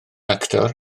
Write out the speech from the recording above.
actor